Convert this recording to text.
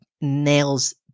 nails